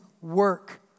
work